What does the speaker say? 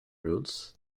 rules